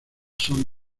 son